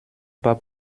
pas